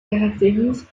caractérise